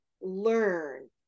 learn